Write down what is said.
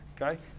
okay